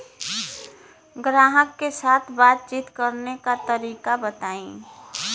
ग्राहक के साथ बातचीत करने का तरीका बताई?